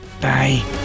Bye